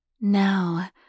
Now